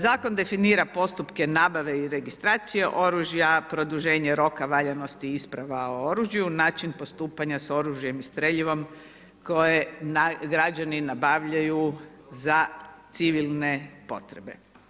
Zakon definira postupke nabavke i registracije oružja, produženje roka valjanosti isprava o oružju, način postupanja sa oružjem i streljivom koje građani nabavljaju za civilne potrebe.